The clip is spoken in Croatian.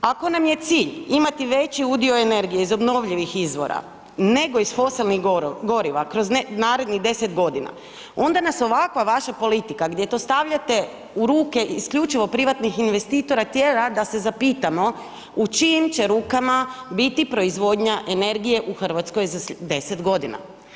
Ako nam je cilj imati veći udio energije iz obnovljivih izvora nego iz fosilnih goriva kroz narednih 10 godina onda nas ovakva vaša politika gdje to stavljate u ruke isključivo privatnih investicija tjera da se zapitamo u čijim će rukama biti proizvodnja energije u Hrvatskoj za 10 godina.